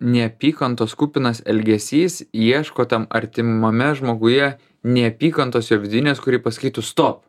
neapykantos kupinas elgesys ieško tam artimame žmoguje neapykantos jo vidinės kuri pasakytų stop